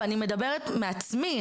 ואני מדברת מעצמי,